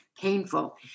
painful